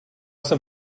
jsem